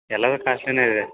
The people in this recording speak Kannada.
ಎಲ್ಲದು ಕಾಸ್ಟ್ಲಿನೆ ಇದೆ